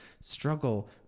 struggle